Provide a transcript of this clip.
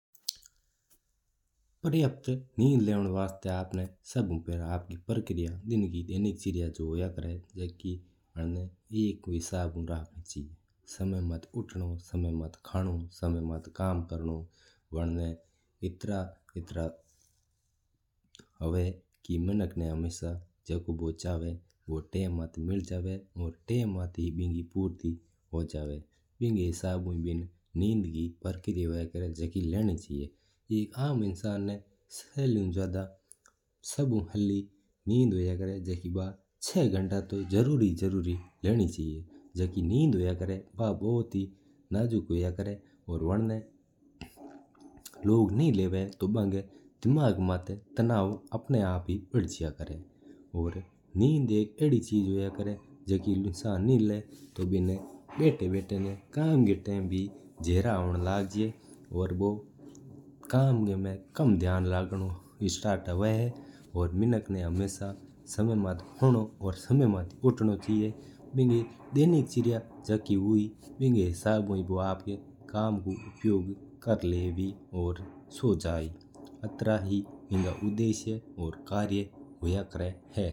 बड़िया निन्द लेवण वास्ता आपणा सभू पहला दिन की दैनिकचर्या होया करा है जिणा एक हिसाब ऊ राखणी चवा। समय मात उठणो समय मात खाना समय मात कम करणो वन्न ना। मिनक जू चीज चवा विन्ना वो चीज टाईम मात मिल जवा और टाईम मात ही भिक्की पूर्ति हू जवा उन हिसाब ऊ ही भिक्की निंद की प्रक्रिया हूवा है। सभी मिनका ना जरूरी जरूरी निंद हूवा वा छै घण्टा कीवा हंगा ना लेवणी चाहिजा ही है। जाकी निंद हूआ वा नाजुक हूआ करा है जिणा लेवणो आतो आवश्यक है वरना आपको दिमाग सहीं काम कौं करा